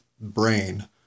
brain